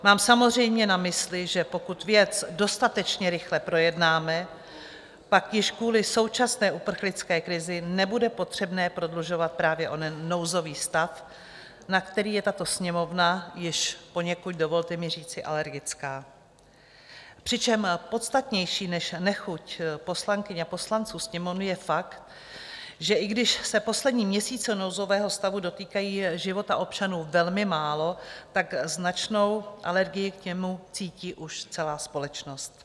Mám samozřejmě na mysli, že pokud věc dostatečně rychle projednáme, pak již kvůli současné uprchlické krizi nebude potřebné prodlužovat právě onen nouzový stav, na který je tato Sněmovna již poněkud dovolte mi říci alergická, přičemž podstatnější než nechuť poslankyň a poslanců Sněmovny je fakt, že i když se poslední měsíce nouzového stavu dotýkají života občanů velmi málo, značnou alergii k němu cítí už celá společnost.